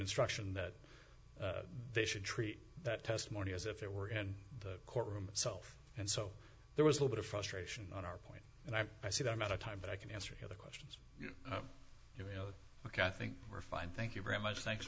instruction that they should treat that testimony as if it were in the courtroom itself and so there was a lot of frustration on our point and i i see the amount of time but i can answer other questions you know ok i think we're fine thank you very much thanks